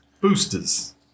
Boosters